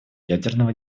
ядерного